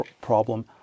problem